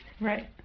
Right